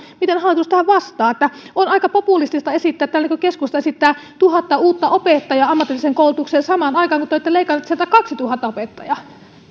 miten hallitus tähän vastaa on aika populistista esittää niin kuin keskusta esittää tuhatta uutta opettajaa ammatilliseen koulutukseen samaan aikaan kun te olette leikanneet sieltä kaksituhatta opettajaa